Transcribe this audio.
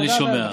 אני שומע.